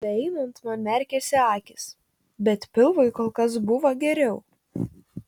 beeinant man merkėsi akys bet pilvui kol kas buvo geriau